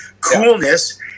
coolness